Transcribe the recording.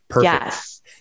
Yes